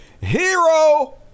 Hero